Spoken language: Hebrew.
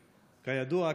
כידוע,